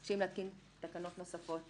והם רשאים להתקין תקנות נוספות